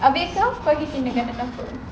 abeh kau kau pergi kindergarten mana